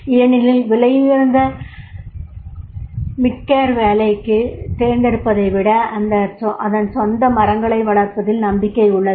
ஏனெனில் விலையுயர்ந்த மிட்கேர் வேலைக்குத் தேர்ந்தெடுப்பதை விட அதன் சொந்த மரங்களை வளர்ப்பதில் நம்பிக்கை உள்ளது